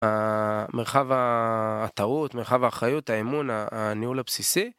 מרחב הטעות, מרחב האחריות, האמון, הניהול הבסיסי.